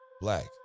Black